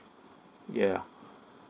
yeah